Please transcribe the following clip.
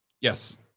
Yes